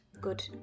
good